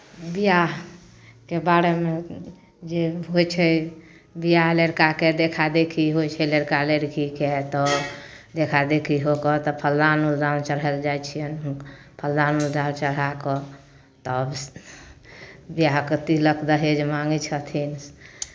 बियाहके बारेमे जे होइ छै बियाह लड़काके देखा देखी होइ छै लड़का लड़कीके तऽ देखा देखी हो कऽ तऽ फलदान उल्दान चढ़ायल जाइ छियनि हुनका फलदान उल्दान चढ़ा कऽ तब बियाहके तिलक दहेज माँङ्गै छथिन